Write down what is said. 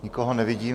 Nikoho nevidím.